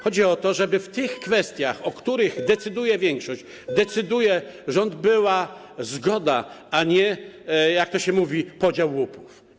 Chodzi o to, żeby w tych kwestiach, o których decyduje większość, decyduje rząd, była zgoda, a nie żeby to był, jak się mówi, podział łupów.